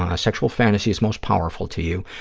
ah sexual fantasies most powerful to you.